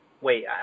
wait